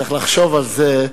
צריך לחשוב על זה.